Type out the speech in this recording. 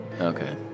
Okay